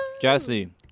Jesse